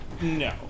No